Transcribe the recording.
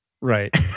Right